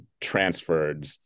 transferred